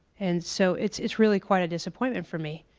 and so it's it's really quite a disappointment for me.